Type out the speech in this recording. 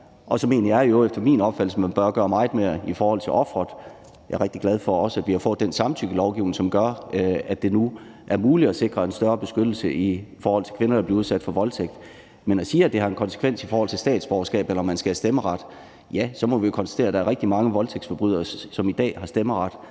Og så mener jeg i øvrigt, at man bør gøre meget mere i forhold til offeret. Jeg er også rigtig glad for, at vi har fået den samtykkelovgivning, som gør, at det nu er muligt at sikre en større beskyttelse af kvinder, der bliver udsat for voldtægt. Men hvis man siger, at det skal have en konsekvens i forhold til statsborgerskab eller stemmeret, ja, så må vi konstatere, at der er rigtig mange voldtægtsforbrydere, som i dag har stemmeret,